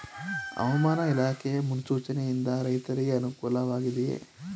ಹವಾಮಾನ ಇಲಾಖೆ ಮುನ್ಸೂಚನೆ ಯಿಂದ ರೈತರಿಗೆ ಅನುಕೂಲ ವಾಗಿದೆಯೇ?